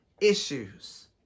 issues